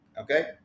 Okay